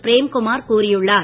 பிரேம்குமார் கூறியுள்ளார்